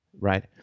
right